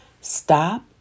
stop